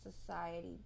society